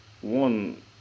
one